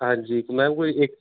हां जी मैम कोई इक